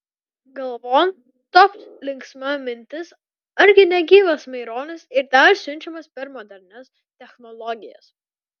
galvon topt linksma mintis argi ne gyvas maironis ir dar siunčiamas per modernias technologijas